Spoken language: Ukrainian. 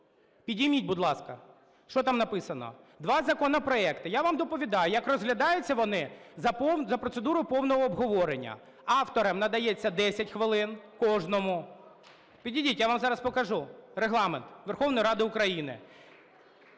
Підніміть, будь ласка. Що там написано? Два законопроекти. Я вам доповідаю, як розглядаються вони за процедурою повного обговорення. Авторам надається 10 хвилин, кожному. Підійдіть, я вам зараз покажу Регламент Верховної Ради України.